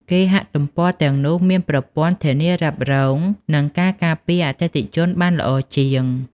គេហទំព័រទាំងនោះមានប្រព័ន្ធធានារ៉ាប់រងនិងការការពារអតិថិជនបានល្អជាង។